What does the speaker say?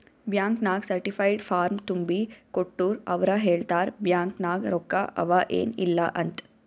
bank ನಾಗ್ certified form ತುಂಬಿ ಕೊಟ್ಟೂರ್ ಅವ್ರ ಹೇಳ್ತಾರ್ ಬ್ಯಾಂಕ್ ನಾಗ್ ರೊಕ್ಕಾ ಅವಾ ಏನ್ ಇಲ್ಲ ಅಂತ್